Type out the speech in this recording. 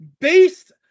Based